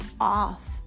off